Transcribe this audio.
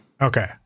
Okay